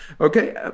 Okay